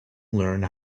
learn